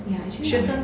ya actually my